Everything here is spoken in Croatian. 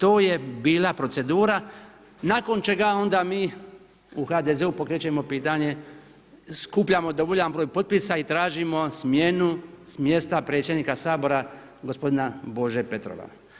To je bila procedura nakon čega onda mi u HDZ-u pokrećemo pitanje, skupljamo dovoljan broj potpisa i tražimo smjenu s mjesta predsjednika Sabora gospodina Bože Petrova.